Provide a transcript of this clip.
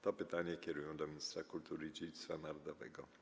To pytanie kierują do ministra kultury i dziedzictwa narodowego.